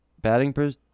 batting